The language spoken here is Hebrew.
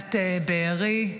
מכינת בארי,